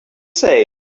say